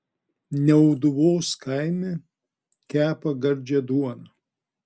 niauduvos kaime kepa gardžią duoną